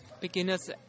beginner's